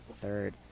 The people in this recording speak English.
third